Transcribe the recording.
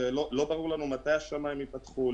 ולא ברור לנו מתי השמיים ייפתחו,